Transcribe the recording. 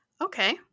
Okay